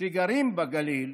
שגרים בגליל